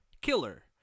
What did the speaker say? killer